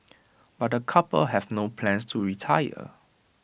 but the couple have no plans to retire